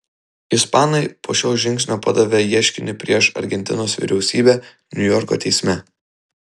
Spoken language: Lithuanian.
ispanai po šio žingsnio padavė ieškinį prieš argentinos vyriausybę niujorko teisme